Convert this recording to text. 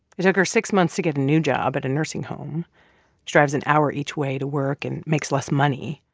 it took her six months to get a new job at a nursing home. she drives an hour each way to work and makes less money.